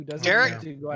Derek